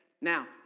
Now